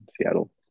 Seattle